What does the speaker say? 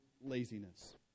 laziness